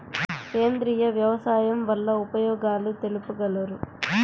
సేంద్రియ వ్యవసాయం వల్ల ఉపయోగాలు తెలుపగలరు?